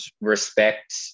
respect